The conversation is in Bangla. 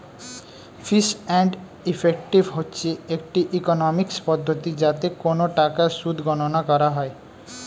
ফিস অ্যান্ড ইফেক্টিভ হচ্ছে একটি ইকোনমিক্স পদ্ধতি যাতে কোন টাকার সুদ গণনা করা হয়